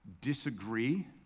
disagree